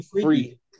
free